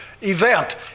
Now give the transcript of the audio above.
event